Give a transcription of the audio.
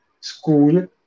school